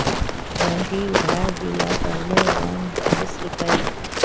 बंटिक उधार दि ल पहले बॉन्ड अवश्य लिखवइ ले